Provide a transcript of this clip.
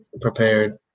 prepared